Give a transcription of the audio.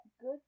good